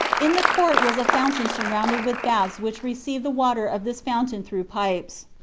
in the court was a fountain sur rounded with baths which received the water of this fountain through pipes.